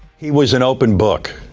he was an open book.